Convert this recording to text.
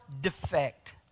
defect